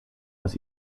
aus